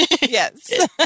Yes